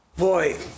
Boy